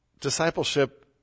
Discipleship